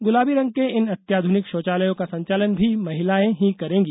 गुलाबी रंग के इन अत्याधुनिक षौचालयों का संचालन भी महिलाएं ही करेंगी